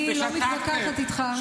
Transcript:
אני לא מתווכחת איתך.